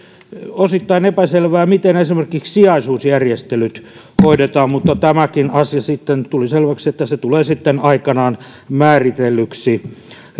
osittain epäselvää miten esimerkiksi sijaisuusjärjestelyt hoidetaan mutta tämäkin asia tuli selväksi se tulee sitten aikanaan määritellyksi